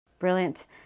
Brilliant